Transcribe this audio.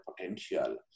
potential